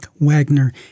Wagner